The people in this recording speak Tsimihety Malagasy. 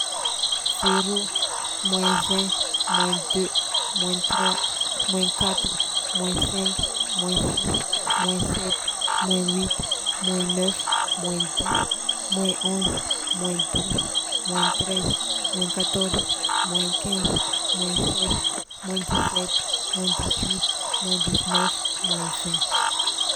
Zéro, moins un, moins deux, moins trois, moins quatre, moins cinq, moins six, moins sept, moins huit, moins neuf, moins dix, moins onze, moins douze, moins treize, moins quatorze, moins quinze, moins seize, moins dix-sept, moins dix-huit, moins dix-neuf, moins vingt.